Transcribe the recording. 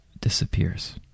disappears